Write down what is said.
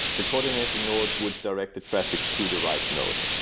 the coordinating node would direct the traffic to the right node